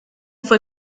fue